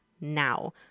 now